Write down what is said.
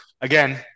Again